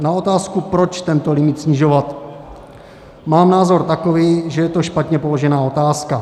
Na otázku, proč tento limit snižovat, mám názor takový, že je to špatně položená otázka.